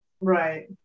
right